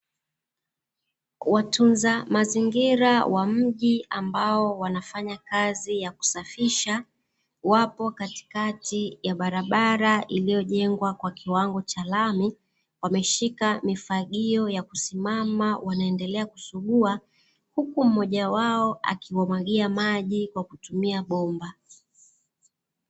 Watunza mazingira wa mji ambao wanafanya kazi ya kisafisha, wapo katikati ya barabara iliyojengwa kwa kiwango cha lami. Wameshika mifagio ya kusimama wanaendelea kusugua, huku mmoja wao akiwamwagia maji kwa kutumia bomba.